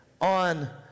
on